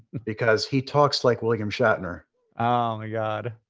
because he talks like william shatner. oh, my god.